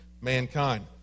mankind